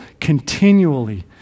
continually